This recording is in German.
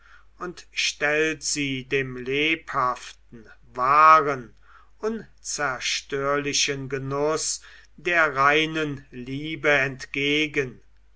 und stellt sie dem lebhaften wahren unzerstörlichen genuß der reinen liebe entgegen